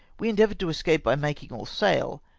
we endeavoured to escape by making all sail,